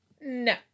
No